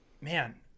man